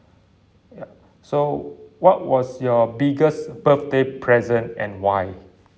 ya so what was your biggest birthday present and why